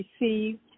received